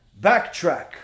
Backtrack